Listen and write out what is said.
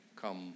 come